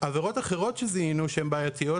עבירות אחרות שזיהינו שהן בעייתיות,